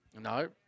No